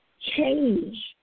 Change